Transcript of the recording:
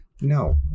No